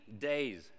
days